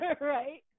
Right